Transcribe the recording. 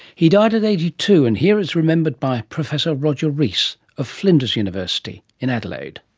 he died at eighty two and here is remembered by professor roger rees of flinders university in adelaide.